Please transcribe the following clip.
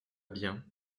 bien